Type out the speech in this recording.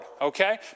okay